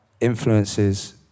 influences